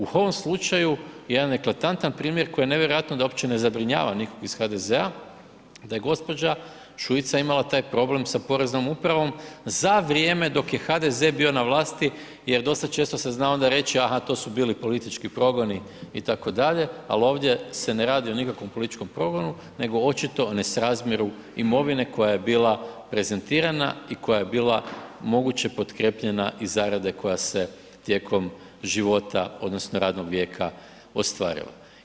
U ovom slučaju jedan eklatantan primjer koji nevjerojatno da uopće ne zabrinjava nikoga iz HDZ-a, da je gđa. Šuica imala taj problem sa poreznom upravom za vrijeme dok je HDZ bio na vlasti jer dosta često se zna onda reći aha to su bili politički progoni itd., al ovdje se ne radi o nikakvom političkom progonu, nego očito o nesrazmjeru imovine koja je bila prezentirana i koja je bila moguće potkrepljena iz zarade koja se tijekom života odnosno radnog vijeka ostvarila.